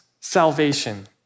salvation